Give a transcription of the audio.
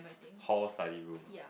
hall study room